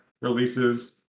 releases